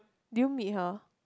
do you meet her